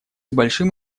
большим